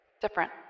different